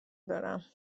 دارم